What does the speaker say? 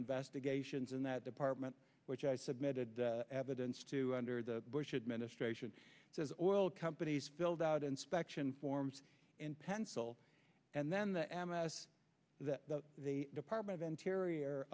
investigations in that department which i submitted evidence to under the bush administration says oil companies filled out inspection forms in pencil and then the amas that the department of interior